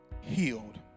healed